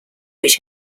which